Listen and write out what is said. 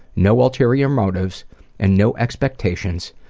no ulterior motives and no expectations,